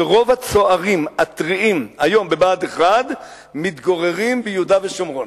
שרוב הצוערים הטריים היום בבה"ד 1 מתגוררים ביהודה ושומרון.